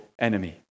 enemy